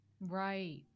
Right